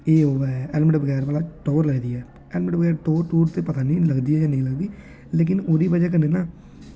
एह् ओह् ऐ कि हैलमट बगैरा टौहर लगदी ऐ हेलमेट बगैरा टौह्र टूहर ते पता निं लगदी ऐ जां निं लगदी पर हैलमट कन्नै ना